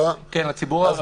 כן, לציבור הערבי יש מינהלת.